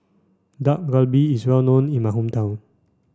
Dak Galbi is well known in my hometown